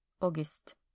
August